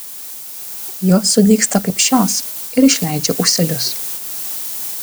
jos sudygsta kaip šios ir išleidžia ūselius